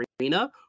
arena